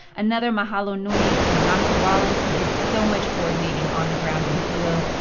another mahalo nui to namaka rawlins, who did so much coordinating on the ground in hilo.